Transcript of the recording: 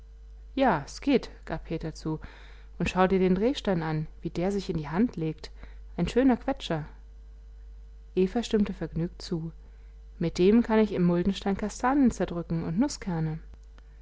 ja s geht gab peter zu und schau dir den drehstein an wie der sich in die hand legt ein schöner quetscher eva stimmte vergnügt zu mit dem kann ich im muldenstein kastanien zerdrücken und